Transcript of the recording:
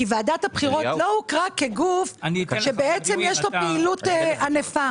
ועדת הבחירות לא הוכרה כגוף שבעצם יש לו פעילות ענפה.